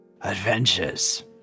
adventures